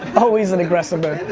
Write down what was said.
always in agressive mode.